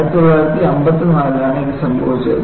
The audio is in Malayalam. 1954 ലാണ് ഇത് സംഭവിച്ചത്